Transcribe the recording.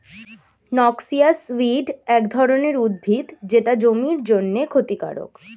noxious weed এক ধরনের উদ্ভিদ যেটা জমির জন্যে ক্ষতিকারক